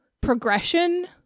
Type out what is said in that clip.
progression